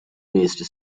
based